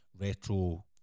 retro